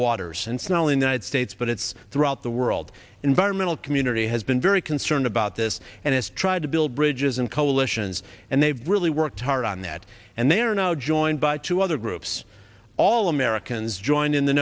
waters and snarling united states but it's throughout the world environmental community has been very concerned about this and has tried to build bridges and coalitions and they've really worked hard on that and they are now joined by two other groups all americans joined in the